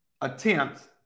attempts